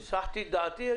הסחתי את דעתי.